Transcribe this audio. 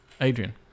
Adrian